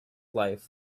life